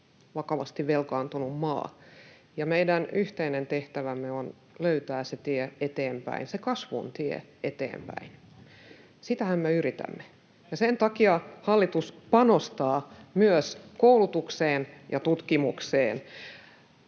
vakavasti velkaantunut maa, ja meidän yhteinen tehtävämme on löytää se tie eteenpäin, se kasvun tie eteenpäin. Sitähän me yritämme, ja sen takia hallitus panostaa myös koulutukseen ja tutkimukseen.